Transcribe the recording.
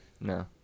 no